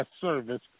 service